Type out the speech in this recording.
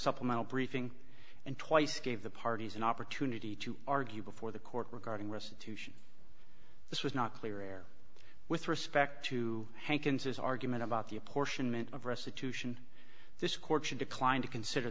supplemental briefing and twice gave the parties an opportunity to argue before the court regarding restitution this was not clear air with respect to hankins argument about the apportionment of restitution this court should decline to consider